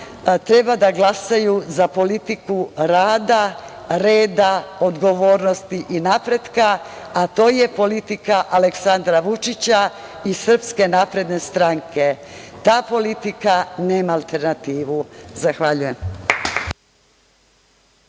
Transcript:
treba da glasaju za politiku rada, reda, odgovornosti i napretka, a to je politika Aleksandra Vučića i Srpske napredne stranke. Ta politika nema alternativu. Zahvaljujem.